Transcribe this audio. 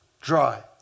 dry